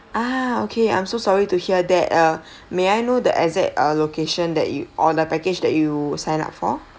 ah okay I'm so sorry to hear that uh may I know the exact uh location that you or the package that you sign up for